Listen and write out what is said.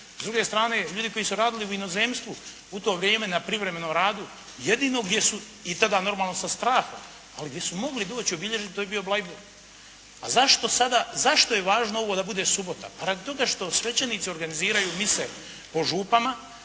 S druge strane ljudi koji su radili u inozemstvu u to vrijeme na privremenom radu, jedino gdje su i tad normalno sa strahom, ali gdje su mogli doći i obilježiti to je bio Bleiburg. A zašto sada, zašto je važno ovo da bude subota. Pa radi toga što svećenici organiziraju mise po župama